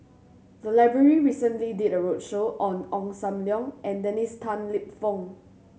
the library recently did a roadshow on Ong Sam Leong and Dennis Tan Lip Fong